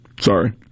Sorry